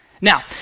Now